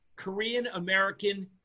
korean-american